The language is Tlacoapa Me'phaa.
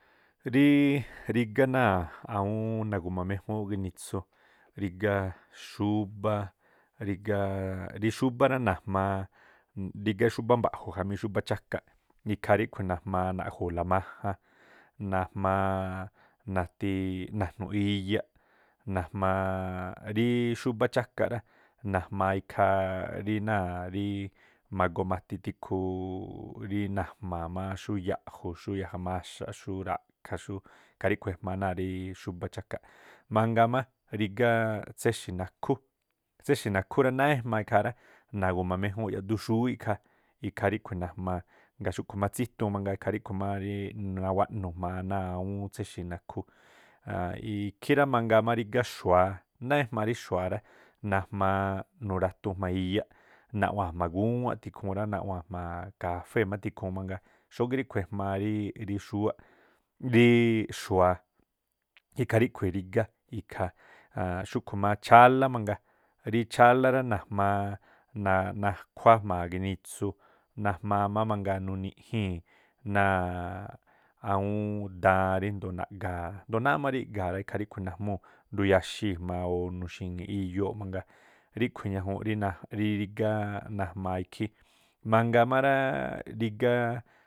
Ríí rígá náa̱ awúún rí nagu̱ma méjúún genitsu, rígá xúbá, rígá rí xúbá rá najmaa, rígá xúbá mba̱ꞌju̱ jamí xúbá chákaꞌ ikhaa ríꞌkhui̱ najmaa naꞌju̱u̱la majan, namaa natii najnu̱ꞌ iyaꞌ, namaa ríí xúbá chákaꞌ rá najmaa ikhaa rí náa̱ rí magoo ma̱ti tikhuu rí najma̱a̱ xú ya̱ꞌju̱, xú yaja maxaꞌ, xú ra̱ꞌkha̱ꞌ xú khaa ríꞌkhui̱ ejmaa náa̱ rii xúbá chákaꞌ. Mangaa má rígá tséxi̱ nakhú, tséxi̱ nakhú náá ejmaa ikhaa rá, nagu̱ma méjúúnꞌ yaꞌdu xúwíꞌ ikhaa, ikhaa ríꞌkhui̱ najmaa ngaa̱ xúꞌkhu̱ má tsítuun mangaa ikhaa ríꞌkhu̱ má rí nawaꞌnu̱ jma̱a náa̱ awúún tséxi̱ nakhú. ikhí rá mangaa ḿ rígá xu̱a, náá ejmaa rí xua̱ rá, najmaa nu̱ratuun jma̱a iyaꞌ, naꞌwa̱a̱n jma̱a gúwánꞌ tikhuu rá, naꞌwa̱a̱n jma̱a kafée̱ má tikhuun mangaa xógíꞌ ríꞌkhui̱ ejmaa rí xúwáꞌ rííꞌ xu̱a, ikhaa ríꞌkhui̱ rígá ikhaa. xúꞌkhu̱ má chálá mangaa rí chálá rá najmaa nakhuáá jma̱a ginitsu, najmaa má mangaa nuniꞌjíi̱n awúún daan ríndo̱o naꞌga̱a rá, ando̱o náá má rí iꞌga̱a̱ rá, ikhaa ríꞌkhui̱ najmúu̱ nduyaxii̱ jma̱a o̱ nuxi̱ŋi̱ꞌ iyoo mangaa, ríꞌkhui̱ ñajuun rí rígá najmaa ikhí, mangaa má rááꞌ rígá.